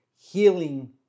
Healing